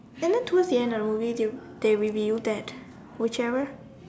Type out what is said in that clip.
and then towards the end of the movie they they revealed that whichever